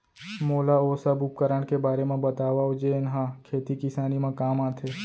मोला ओ सब उपकरण के बारे म बतावव जेन ह खेती किसानी म काम आथे?